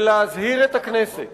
ולהזהיר את הכנסת